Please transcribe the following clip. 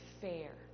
fair